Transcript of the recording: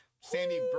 Sandy